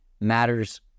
matters